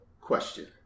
Question